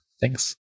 Thanks